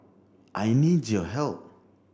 I need your help